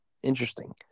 Interesting